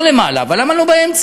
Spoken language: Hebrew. לא למעלה, אבל למה לא באמצע?